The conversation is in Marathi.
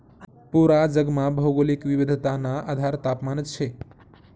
पूरा जगमा भौगोलिक विविधताना आधार तापमानच शे